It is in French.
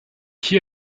qui